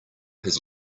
his